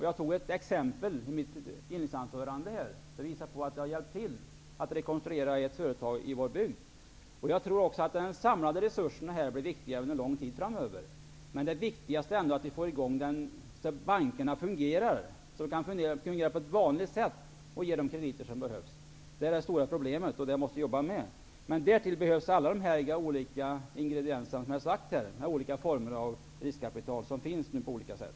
Jag tog i mitt inledningsanförande upp ett exempel som visar att ett företag i vår bygd hjälps med rekonstruktion. Jag tror att den samlade resursen under lång tid framöver blir viktig. Det viktigaste är ändå att få bankerna att fungera på ett vanligt sätt, så att de kan lämna de krediter som behövs. Det är det stora problemet, och det måste vi jobba med. Därtill behövs också alla de olika ingredienser som jag nämnt, med olika former av riskkapital. De finns ju också på olika sätt.